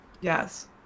Yes